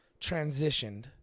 transitioned